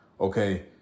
Okay